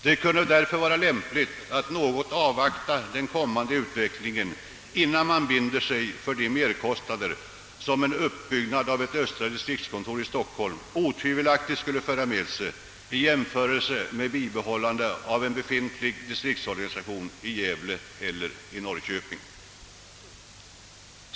Det kunde därför vara lämpligt att avvakta den kommande utvecklingen innan man binder sig för de merkostnader som en uppbyggnad av ett kontor för östra distriktet i Stockholm otvivelaktigt skulle föra med sig i jämförelse med bibehållande av en befintlig distriktsorganisation i Gävle eller Norrköping.